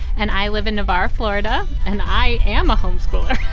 and i live in navarre, florida, and i am a homeschooler